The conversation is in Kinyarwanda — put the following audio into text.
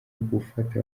gufata